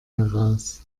heraus